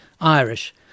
irish